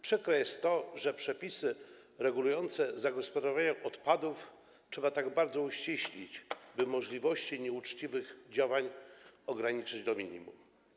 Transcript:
Przykre jest to, że przepisy regulujące zagospodarowanie odpadów trzeba tak bardzo uściślić, by możliwości nieuczciwych działań ograniczyć do minimum.